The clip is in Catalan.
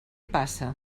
passa